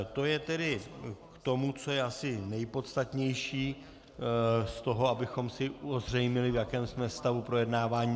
To je tedy k tomu, co je asi nejpodstatnější z toho, abychom si ozřejmili, v jakém jsme stavu projednávání.